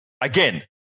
Again